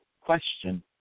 question